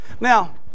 now